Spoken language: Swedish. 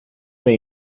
mig